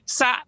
sa